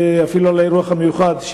ואפילו על האירוח המיוחד,